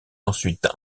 ensuite